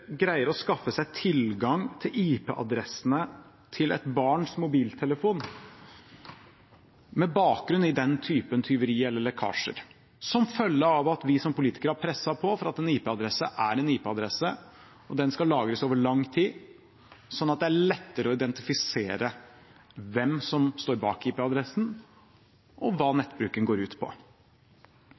greier å skaffe seg tilgang til IP-adressene til et barns mobiltelefon – med bakgrunn i den typen tyveri eller lekkasjer – som følge av at vi som politikere har presset på for at en IP-adresse er en IP-adresse, og at den skal lagres over lang tid, sånn at det er lettere å identifisere hvem som står bak IP-adressen, og hva nettbruken går ut på?